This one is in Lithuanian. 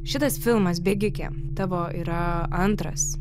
šitas filmas bėgikė tavo yra antras